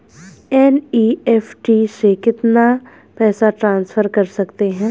NEFT से कितना पैसा ट्रांसफर कर सकते हैं?